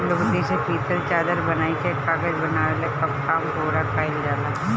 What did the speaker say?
लुगदी से पतील चादर बनाइ के कागज बनवले कअ काम पूरा कइल जाला